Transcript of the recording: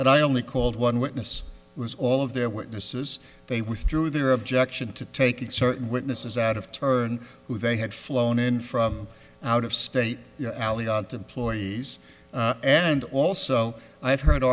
that i only called one witness was all of their witnesses they withdrew their objection to taking certain witnesses out of turn who they had flown in from out of state alley aren't employees and also i have heard